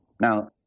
Now